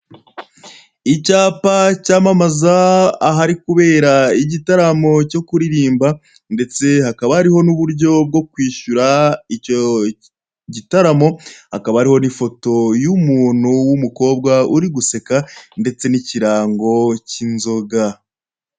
Icyapa cyamamaza ahari kubera igitaramo cyo kuririmba, ndetse hakaba hariho n'uburyo bwo kwishyura icyo gitaramo, hakaba hariho n'ifoto y'umuntu w'umukobwa uri gusake, ndetse n'ikirango k'inzoga.